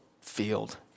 field